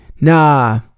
Nah